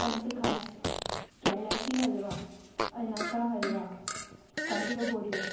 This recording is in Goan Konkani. पंच खास केळ्याची हलवा अनासा हलवा काडयो बोडयो